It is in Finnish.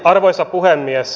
arvoisa puhemies